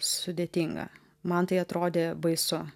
sudėtinga man tai atrodė baisu